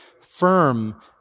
firm